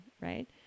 right